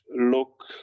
look